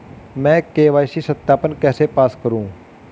मैं के.वाई.सी सत्यापन कैसे पास करूँ?